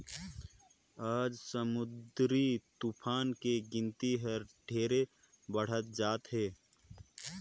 आज समुददरी तुफान के गिनती हर ढेरे बाढ़त जात हे